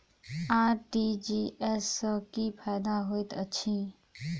RTGS सँ की फायदा होइत अछि?